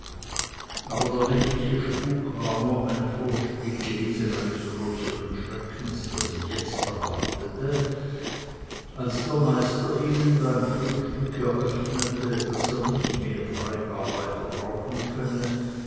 aber der nächtliche spuk war nur ein vorspiel gewesen eines größern schreckens der sie jetzt erwartete als der meister ihnen beim frühstück eröffnete daß er nicht mehr drei arbeiter brauchen könne